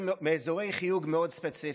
מאזורי חיוג מאוד ספציפיים.